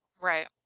Right